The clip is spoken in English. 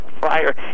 fire